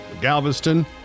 Galveston